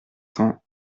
cents